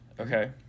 okay